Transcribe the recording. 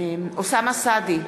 אוסאמה סעדי,